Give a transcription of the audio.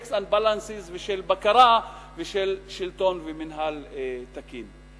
and balances ושל בקרה ושל שלטון ומינהל תקין.